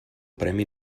premi